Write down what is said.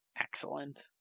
Excellent